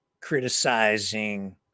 criticizing